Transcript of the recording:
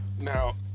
Now